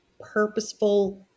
purposeful